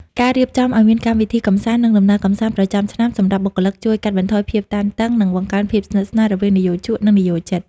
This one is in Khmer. ការរៀបចំឱ្យមានកម្មវិធីកម្សាន្ត និងដំណើរកម្សាន្តប្រចាំឆ្នាំសម្រាប់បុគ្គលិក ជួយកាត់បន្ថយភាពតានតឹង និងបង្កើនភាពស្និទ្ធស្នាលរវាងនិយោជក និងនិយោជិត។